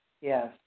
Yes